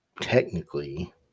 technically